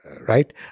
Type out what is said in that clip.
right